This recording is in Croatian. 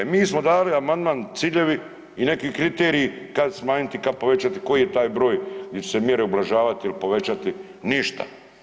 Mi smo dali amandman ciljevi i neki kriteriji kad smanjiti, kad povećati, koji je taj broj, ili će se mjere ublažavati ili povećati, ništa.